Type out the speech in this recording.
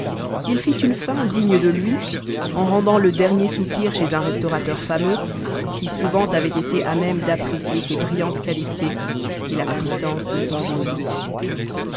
il fit une fin digne de lui en rendant le dernier soupir chez un restaurateur fameux qui souvent avait été à même d'apprécier ses brillantes qualités et la puissance de son génie